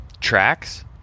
tracks